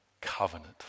covenant